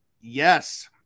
Yes